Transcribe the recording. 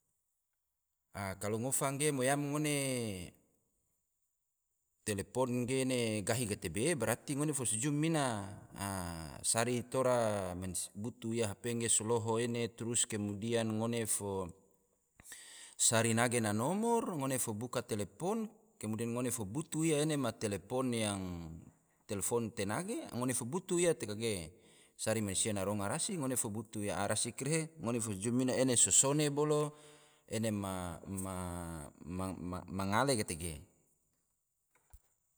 Kalo ngofa ger mo yam ngone telepon ge gahi gatebe, brati ngone fo so jum mina, sari tora, butu tora hp ge so loho ene ge trus kemudian ngone fo sari nage ma nomor, ngone fo bka telepon kemudian ngone fo butu ia yang telefon te nage, butu ia te kage, sari mansia na ronga rasi ngone fo butu ia, a rasi karehe ngone fo so jum mina so sone bolo, ene ma ngale gatege